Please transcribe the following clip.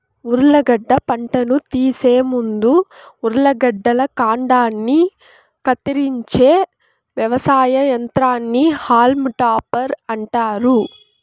ఉర్లగడ్డ పంటను తీసే ముందు ఉర్లగడ్డల కాండాన్ని కత్తిరించే వ్యవసాయ యంత్రాన్ని హాల్మ్ టాపర్ అంటారు